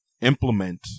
implement